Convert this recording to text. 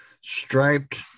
striped